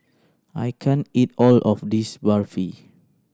I can't eat all of this Barfi